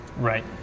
Right